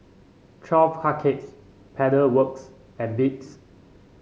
Twelve Cupcakes Pedal Works and Beats